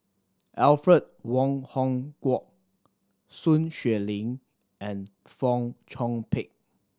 Alfred Wong Hong Kwok Sun Xueling and Fong Chong Pik